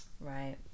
right